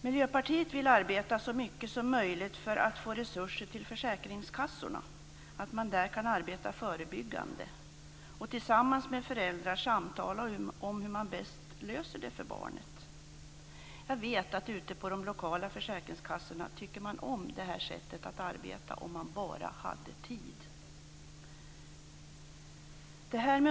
Miljöpartiet vill arbeta så mycket som möjligt för att få resurser till försäkringskassorna så att man där kan arbeta förebyggande och tillsammans med föräldrar samtala om hur man bäst löser det för barnet. Jag vet att man ute på de lokala försäkringskassorna tycker om det här sättet att arbeta - om man bara har tid.